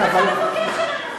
זה אחד החוקים שלנו,